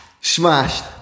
smashed